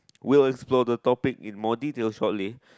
well as for the topic in more details shortly